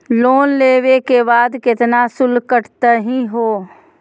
Loan लेवे के बाद केतना शुल्क कटतही हो?